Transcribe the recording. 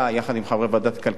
יחד עם חברי ועדת הכלכלה,